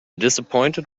disappointed